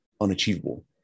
unachievable